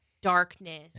darkness